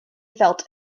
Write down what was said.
felt